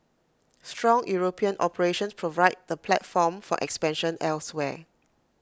strong european operations provide the platform for expansion elsewhere